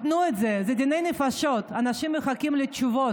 תנו את זה, זה דיני נפשות, אנשים מחכים לתשובות,